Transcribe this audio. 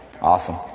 Awesome